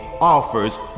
offers